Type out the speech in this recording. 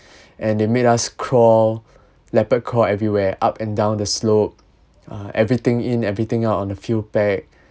and they made us crawl leopard crawl everywhere up and down the slope uh everything in everything out on the field pack